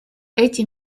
эти